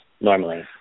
normally